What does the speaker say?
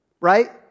right